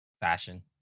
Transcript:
fashion